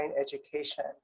education